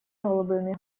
голубыми